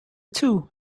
two